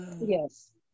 Yes